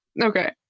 Okay